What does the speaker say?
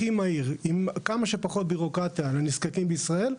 מהיר ועם כמה שפחות בירוקרטיה עבור הנזקקים בישראל,